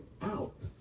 out